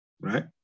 right